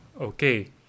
okay